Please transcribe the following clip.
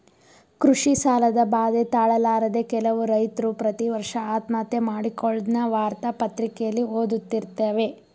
ಕೃಷಿ ಸಾಲದ ಬಾಧೆ ತಾಳಲಾರದೆ ಕೆಲವು ರೈತ್ರು ಪ್ರತಿವರ್ಷ ಆತ್ಮಹತ್ಯೆ ಮಾಡಿಕೊಳ್ಳದ್ನ ವಾರ್ತಾ ಪತ್ರಿಕೆಲಿ ಓದ್ದತಿರುತ್ತೇವೆ